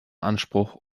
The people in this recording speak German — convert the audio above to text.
anspruch